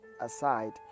aside